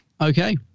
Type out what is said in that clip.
okay